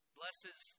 blesses